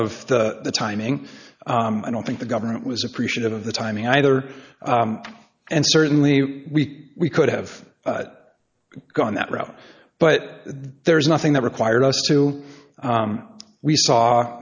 of the timing i don't think the government was appreciative of the timing either and certainly we we could have gone that route but there is nothing that required us to we saw